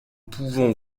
pouvons